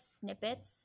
snippets